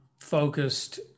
focused